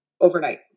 overnight